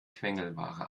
quengelware